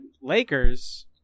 Lakers